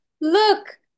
look